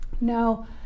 No